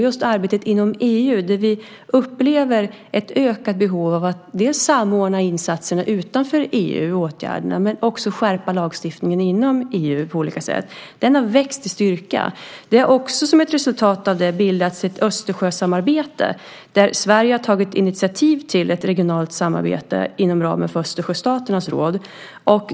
I arbetet inom EU upplever vi ett ökat behov av att samordna insatserna utanför EU men också av att skärpa lagstiftningen inom EU. Det har vuxit i styrka. Som resultat av det har det bildats ett Östersjösamarbete. Sverige har tagit initiativ till ett regionalt samarbete inom ramen för Östersjöstaternas råd.